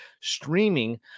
streaming